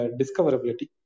discoverability